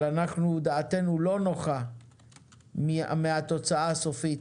דעתנו לא נוחה מהתוצאה הסופית